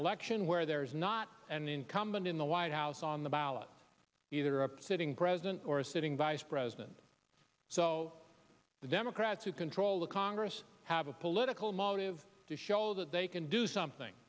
election where there is not an incumbent in the white house on the ballot either a sitting president or a sitting vice president so the democrats who control the congress have a political motive to show that they can do something